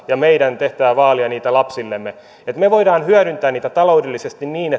ja meidän tehtävämme on vaalia niitä lapsillemme että me voimme hyödyntää niitä taloudellisesti niin niin